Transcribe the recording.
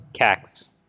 Cax